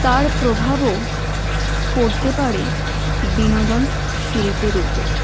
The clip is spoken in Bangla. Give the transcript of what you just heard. তার প্রভাবও পড়তে পারে বিনোদন শিল্পের উপর